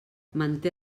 manté